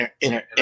inner